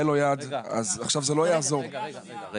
אז עכשיו זה לא יעזור --- לימור,